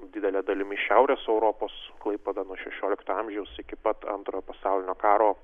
didele dalimi šiaurės europos klaipėda nuo šešiolikto amžiaus iki pat antrojo pasaulinio karo